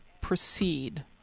proceed